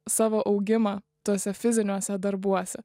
savo augimą tuose fiziniuose darbuose